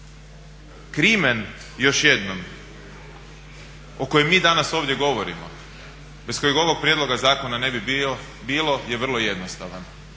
crimen, još jednom, o kojem mi danas ovdje govorimo, bez kojeg ovog prijedloga zakona ne bi bilo je vrlo jednostavan.